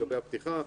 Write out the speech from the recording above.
הפתיחה.